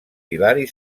hilari